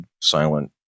silent